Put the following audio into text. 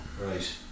Right